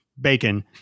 bacon